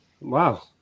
wow